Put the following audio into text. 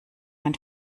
mein